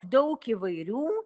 daug įvairių